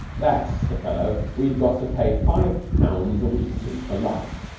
that's the fellow we've got to pay five pounds a week to for life.